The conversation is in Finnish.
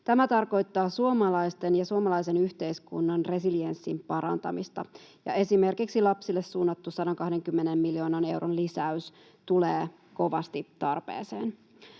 Tämä tarkoittaa suomalaisten ja suomalaisen yhteiskunnan resilienssin parantamista, ja esimerkiksi lapsille suunnattu 120 miljoonan euron lisäys tulee kovasti tarpeeseen.